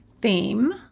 theme